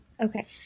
okay